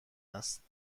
است